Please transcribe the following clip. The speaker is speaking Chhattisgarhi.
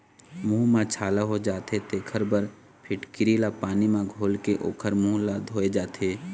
मूंह म छाला हो जाथे तेखर बर फिटकिरी ल पानी म घोलके ओखर मूंह ल धोए जाथे